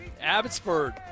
Abbotsford